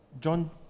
John